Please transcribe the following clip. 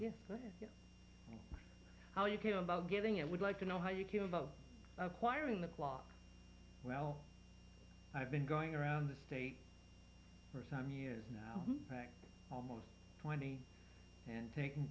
yes how you came about getting it would like to know how you killed both acquiring the clock well i've been going around the state for some years now almost twenty and taking